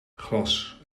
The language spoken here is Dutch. glas